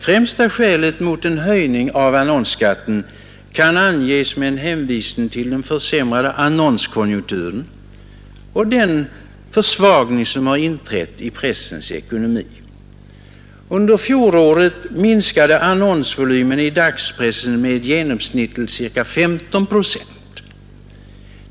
Främsta skälet mot en höjning av annonsskatten kan anges med en hänvisning till den försämrade annonskonjunkturen och den försvagning som inträtt i pressens ekonomi. Under fjolåret minskade annonsvolymen i dagspressen med genomsnittligt ca 15 procent.